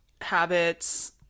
habits